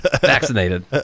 vaccinated